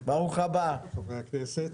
שלום לחברי הכנסת.